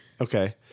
Okay